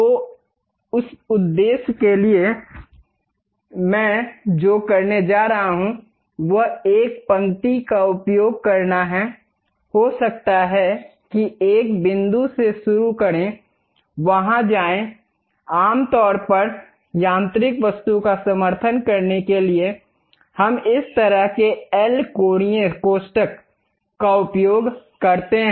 तो इस उद्देश्य के लिए मैं जो करने जा रहा हूं वह एक पंक्ति का उपयोग करना है हो सकता है कि एक बिंदु से शुरू करें वहां जाएं आमतौर पर यांत्रिक वस्तु का समर्थन करने के लिए हम इस तरह के एल कोणीय कोष्ठक का उपयोग करते हैं